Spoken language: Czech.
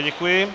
Děkuji.